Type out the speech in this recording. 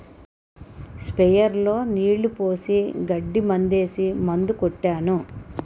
sprayer లో నీళ్లు పోసి గడ్డి మందేసి మందు కొట్టాను